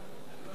לא שותקים.